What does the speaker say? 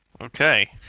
Okay